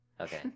Okay